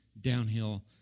downhill